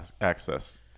access